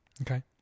Okay